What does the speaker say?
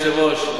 אדוני היושב-ראש,